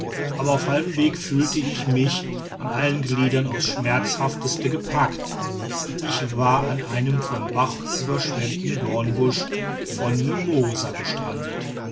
aber auf halbem weg fühlte ich mich an allen gliedern aufs schmerzhafteste gepackt ich war an einem vom bach überschwemmten dornbusch von mimosa gestrandet